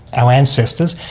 our ancestors,